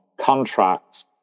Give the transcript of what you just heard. contracts